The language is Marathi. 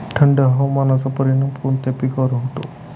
थंड हवामानाचा परिणाम कोणत्या पिकावर होतो?